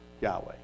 Yahweh